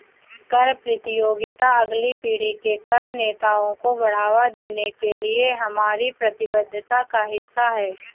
कर प्रतियोगिता अगली पीढ़ी के कर नेताओं को बढ़ावा देने के लिए हमारी प्रतिबद्धता का हिस्सा है